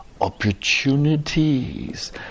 opportunities